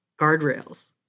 guardrails